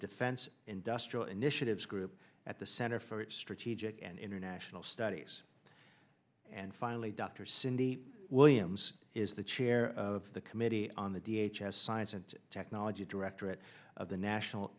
defense industrial initiatives group at the center for strategic and international studies and finally dr cindy williams is the chair of the committee on the d h has science and technology directorate of the national